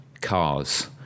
cars